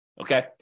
okay